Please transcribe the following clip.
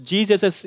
Jesus